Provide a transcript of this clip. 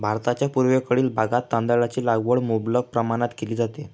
भारताच्या पूर्वेकडील भागात तांदळाची लागवड मुबलक प्रमाणात केली जाते